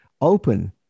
open